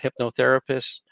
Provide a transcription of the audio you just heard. hypnotherapists